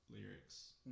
lyrics